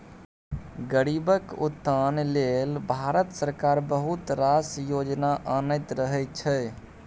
गरीबक उत्थान लेल भारत सरकार बहुत रास योजना आनैत रहय छै